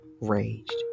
raged